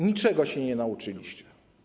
Niczego się nie nauczyliście.